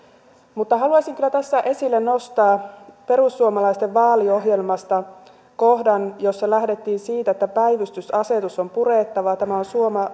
mutta haluaisin kyllä tässä esille nostaa perussuomalaisten vaaliohjelmasta kohdan jossa lähdettiin siitä että päivystysasetus on purettava tämä on